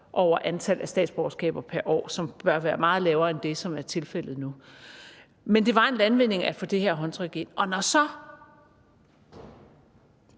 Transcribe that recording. over antal statsborgerskaber pr. år. Det bør være meget lavere end det, som er tilfældet nu. Men det var en landvinding af få det her håndtryk ind. Og når